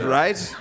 right